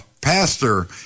pastor